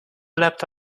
leapt